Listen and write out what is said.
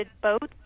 boats